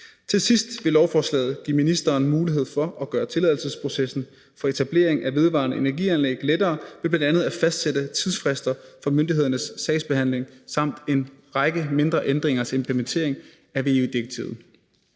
Til sidst vil lovforslaget give ministeren mulighed for at gøre tilladelsesprocessen for etablering af vedvarende energianlæg lettere ved bl.a. at fastsætte tidsfrister for myndighedernes sagsbehandling samt en række mindre ændringer til implementering af VE-direktivet.